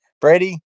Brady